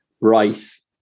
rice